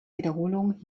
wiederholung